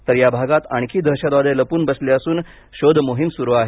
तर या भागात आणखी दहशतवादी लपले असून शोधमोहीम सुरु आहे